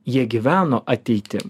jie gyveno ateitim